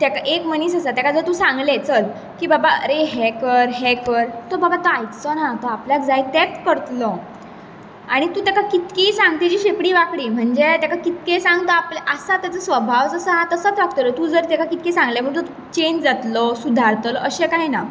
एक मनीस आसा ताका जर तूं सांगलें चल की बाबा आरे हें कर हें कर तो बाबा तो आयकचो ना तो आपल्याक जाय तेंच करतलो आनी तूं ताका कितकेंय सांग तेजी शेंपडी वांकडी म्हणजे ताका कितकेंय सांग तो आपल्या आसा ताचो स्वभाव जसो आहा तसो वागतलो तूं जर ताका कितकें सांगलें म्हणटच तो चॅंज जातलो सुदारतलो अशें कांय ना